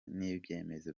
n’ibyemezo